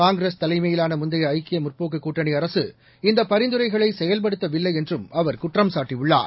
காங்கிரஸ் தலைமையிலான முந்தைய ஐக்கிய முற்போக்குக் கூட்டணி அரசு இந்தப் பரிந்துரைகளை செயல்படுத்தவில்லை என்றும் அவர் குற்றம்சாட்டியுள்ளார்